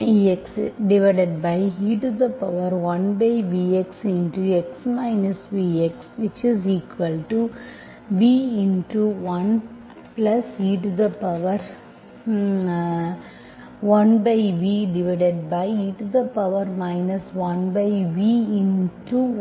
1exvxexvx x vxv1e1ve1v1 v ஆகும்